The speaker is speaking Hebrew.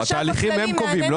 את התהליכים הם קובעים,